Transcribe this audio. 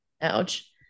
Ouch